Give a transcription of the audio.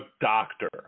doctor